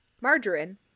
margarine